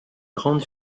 grande